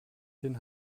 den